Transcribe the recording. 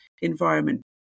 environment